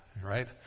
right